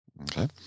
Okay